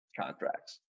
contracts